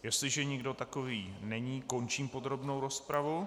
Jestliže nikdo takový není, končím podrobnou rozpravu.